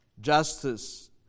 justice